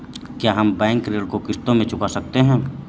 क्या हम बैंक ऋण को किश्तों में चुका सकते हैं?